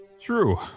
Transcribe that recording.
True